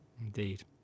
Indeed